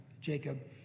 Jacob